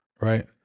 right